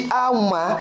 auma